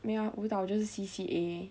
没有 ah 舞蹈就是 C_C_A